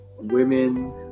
women